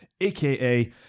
aka